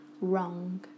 wrong